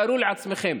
תארו לעצמכם.